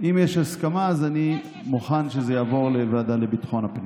אם יש הסכמה אז אני מוכן שזה יעבור לוועדה לביטחון הפנים.